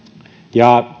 ja